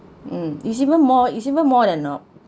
mm is even more is even more than uh